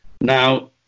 Now